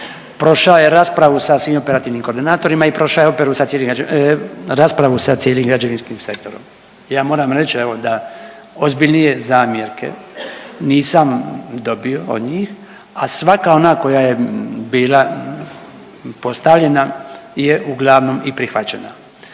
prošao je raspravu sa svim operativnim koordinatorima i prošao je raspravu sa cijelim građevinskim sektorom. Ja moram reći da ozbiljnije zamjerke nisam dobio od njih, a svaka ona koja je bila postavljena je uglavnom i prihvaćena.